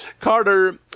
Carter